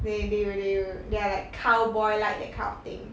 they they'll they'll they are like cowboy like that kind of thing